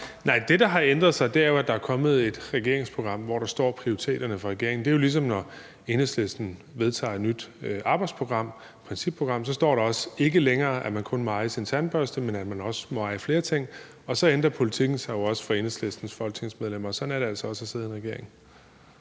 Nej, det, der har ændret sig, er, at der er kommet et regeringsprogram, hvor prioriteterne for regeringen står. Det er jo ligesom, når Enhedslisten vedtager et nyt arbejdsprogram, principprogram. Så står der heller ikke længere, at man kun må eje sin tandbørste, men at man også må eje flere ting. Og så ændrer politikken sig jo også for Enhedslistens folketingsmedlemmer. Sådan er det altså også at sidde i en regering.